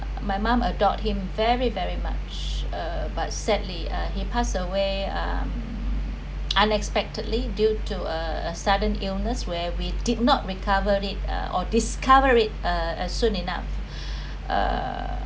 my mum adored him very very much uh but sadly he passed away uh unexpectedly due to a a sudden illness where we did not recover it uh or discover it uh as soon enough uh